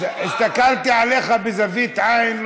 ויתרתי כבר קודם.